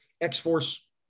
X-Force